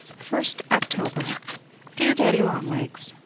first october dear daddy-long-legs,